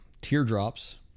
teardrops